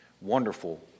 Wonderful